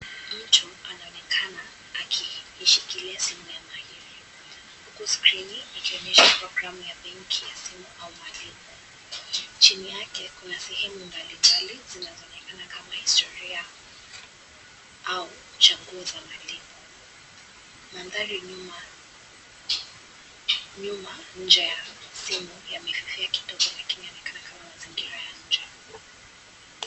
Mtu anaonekana akiishilia simu ya mahili huku skrini ikionyesha programu ya benki ya simu au malipo ,chini yake kuna sehemu mbalimbali zinazoonekana kama historia au chaguo za malipo na mbali nyuma nyuma nje ya simu yamefifia kidogo lakini yanaonekana kama mazingira ya njaa.